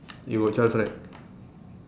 you got twelve right